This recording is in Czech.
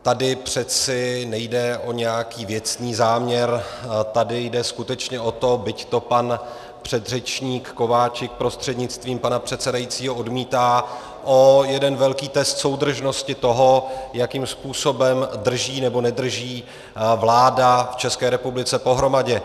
Tady přece nejde o nějakých věcný záměr, tady jde skutečně o to, byť to pan předřečník Kováčik prostřednictvím pana předsedajícího odmítá, o jeden velký test soudržnosti toho, jakým způsobem drží nebo nedrží vláda v České republice pohromadě.